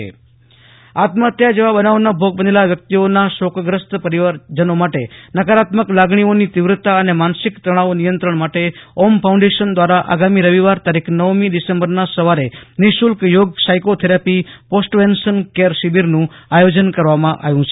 આશુતોષ અંતાણી ભુજ યોગ અને psycho therapy શિબિર આત્મહત્યા જેવા બનાવના ભોગ બનેલ વ્યક્તિઓના શોકગ્રસ્ત પરિવારજનો માટે નકારાત્મક લાગણીઓની તીવ્રતા અને માનસિક તનાવ નિચંત્રણ માટે ઓમ ફાઉન્ડેશન દ્વારા આગામી રવિવાર તારીખ નવમી ડીસેમ્બરના સવારે નિઃશુલ્ક થોગ સાઈકો થેરાપી પોસ્ટવેન્શન કેર શિબિરનું આયોજન કરવામાં આવ્યું છે